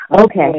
Okay